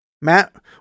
Matt